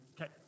Okay